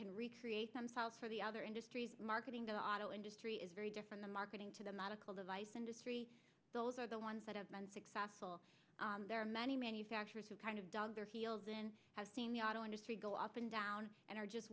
can recreate themselves for the other industries marketing the auto industry is very different the marketing to the medical device industry those are the ones that have been successful there are many manufacturers who kind of dug their heels in have seen the auto industry go up and down and are just